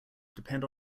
depend